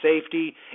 safety